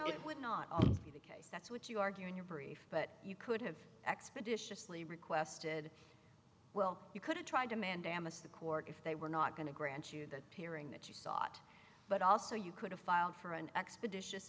it would not be the case that's what you argue in your brief but you could have expeditiously requested well you could have tried to man damages the court if they were not going to grant you that hearing that you sought but also you could have filed for an expeditious